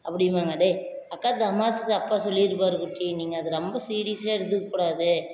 அப்படின்பாங்க டேய் அக்கா தமாஸ்க்கு அப்பா சொல்லியிருப்பாரு குட்டி நீங்கள் அது ரொம்ப சீரியஸாக எடுத்துக்கக்கூடாது